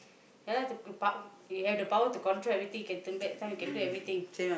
ya lah the power you have the power to control everything you can turn back time you can do everything